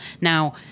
Now